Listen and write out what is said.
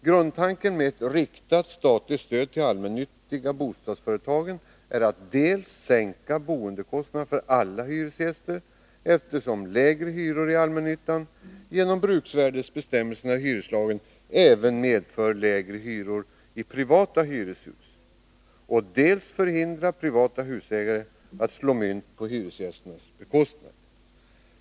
Grundtanken med ett riktat statligt stöd till de allmännyttiga bostadsföretagen är att dels sänka boendekostnaderna för alla hyresgäster, eftersom lägre hyror i allmännyttan till följd av bruksvärdesbestämmelserna i hyreslagen även medför lägre hyror i privata hyreshus, dels hindra privata husägare att slå mynt på hyresgästernas bekostnad.